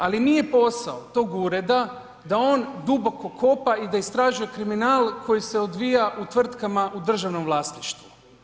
Ali nije posao tog ureda da on duboko kopa i da istražuje kriminal koji se odvija u tvrtkama u državnom vlasništvu.